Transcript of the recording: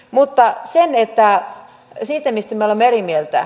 mutta se mistä me olemme eri mieltä